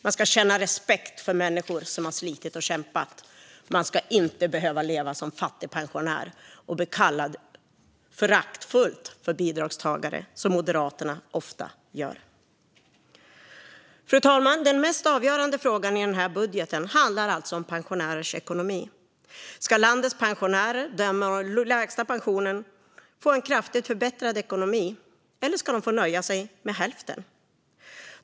Man ska visa respekt för människor som har slitit och kämpat, och de ska inte behöva leva som fattigpensionärer och föraktfullt bli kallade för bidragstagare, som Moderaterna ofta kallar dem. Fru talman! Den mest avgörande frågan i denna budget handlar om pensionärers ekonomi. Ska pensionärerna med lägst pension få en kraftigt förbättrad ekonomi, eller ska de få nöja sig med hälften?